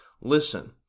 listen